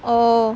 oh